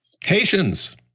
Haitians